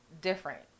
different